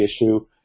issue